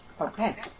Okay